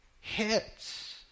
hits